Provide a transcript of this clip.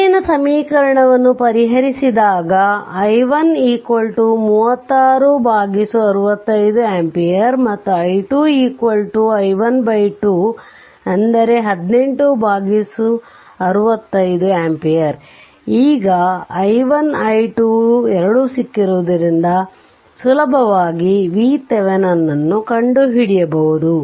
ಮೇಲಿನ ಸಮೀಕರಣವನ್ನು ಪರಿಹರಿಸಿದಾಗ i1 36 65 ampere ಮತ್ತು i2i121865 ampere ಈಗ i1 i2 2 ಸಿಕ್ಕಿರುವುದರಿಂದ ಸುಲಭವಾಗಿ VThevenin ಕಂಡುಹಿಡಿಯಬಹುದು